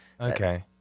Okay